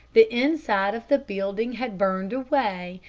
the inside of the building had burned away,